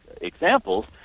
examples